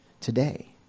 today